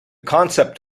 concept